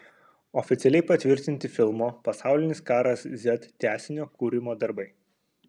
oficialiai patvirtinti filmo pasaulinis karas z tęsinio kūrimo darbai